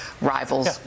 rivals